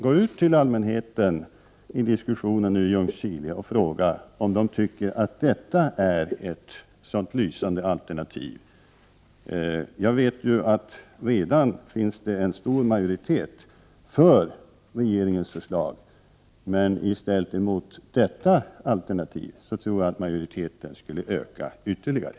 Gå ut till allmänheten i diskussionen i Ljungskile och fråga om man tycker att detta är ett så lysande alternativ! Jag vet att redan finns det en stor majoritet för regeringens förslag, men ställs vårt förslag mot det nämnda alternativet, tror jag att majoriteten skulle öka ytterligare.